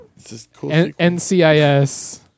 ncis